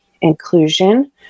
inclusion